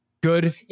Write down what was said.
Good